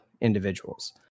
individuals